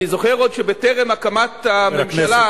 אני זוכר שעוד טרם הקמת הממשלה,